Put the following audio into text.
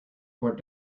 court